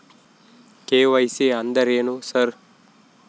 KYC ಅಂದ್ರೇನು sir?